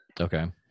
Okay